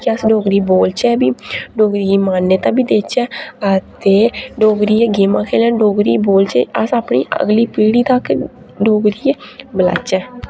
कि अस डोगरी बोलचै बी डोगरी ही मान्यता बी देचै आ ते डोगरी गै गेम्मां खेलन डोगरी गै बोलचै अस अपनी अगली पीढ़ी तक डोगरी गै बलाचै